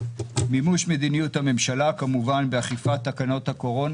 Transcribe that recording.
מימוש מדיניות הממשלה באכיפת תקנות הקורונה,